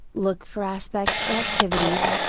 look for aspects or activities,